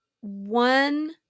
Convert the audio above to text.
one